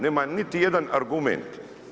Nema niti jedan argument.